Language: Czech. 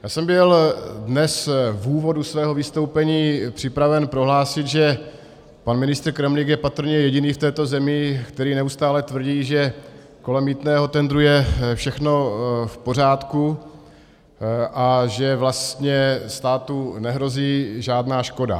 Já jsem byl v úvodu svého vystoupení připraven prohlásit, že pan ministr Kremlík je patrně jediný v této zemi, který neustále tvrdí, že kolem mýtného tendru je všechno v pořádku a že vlastně státu nehrozí žádná škoda.